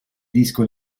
disco